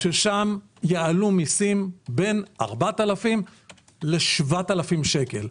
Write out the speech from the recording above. שם יעלו מסים בין 4,000 ל-7,000 שקל.